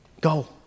Go